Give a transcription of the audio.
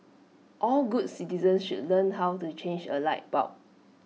all good citizens should learn how to change A light bulb